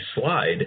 slide